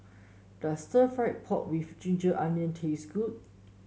does stir fry pork with Ginger Onions taste good